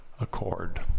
Accord